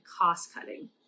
cost-cutting